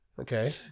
Okay